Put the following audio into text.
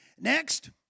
Next